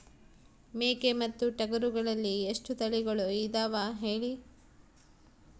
ಮೇಕೆ ಮತ್ತು ಟಗರುಗಳಲ್ಲಿ ಎಷ್ಟು ತಳಿಗಳು ಇದಾವ ಹೇಳಿ?